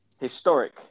historic